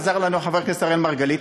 עזר לנו חבר הכנסת אראל מרגלית,